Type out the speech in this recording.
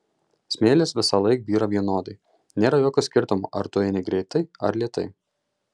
smėlis visąlaik byra vienodai nėra jokio skirtumo ar tu eini greitai ar lėtai